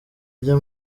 ajya